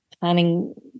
planning